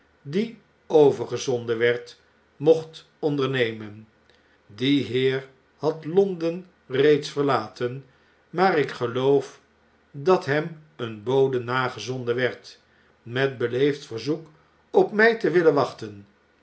die overgezonden werd mocht ondernemen die heer had londen reeds verlaten maar ik geloof dat hem een bode nagezonden werd met beleefd verzoek op my te willen wachten